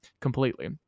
completely